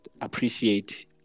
appreciate